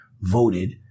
voted